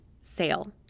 sale